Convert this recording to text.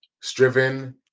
striven